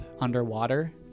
underwater